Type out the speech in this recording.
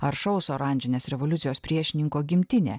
aršaus oranžinės revoliucijos priešininko gimtinė